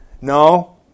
No